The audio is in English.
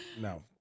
No